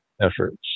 efforts